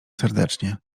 serdecznie